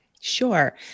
Sure